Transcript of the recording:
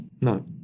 No